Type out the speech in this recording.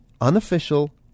unofficial